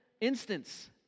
instance